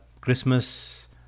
Christmas